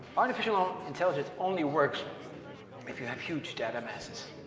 artificial ah intelligence only works if you have huge data masses.